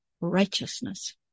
righteousness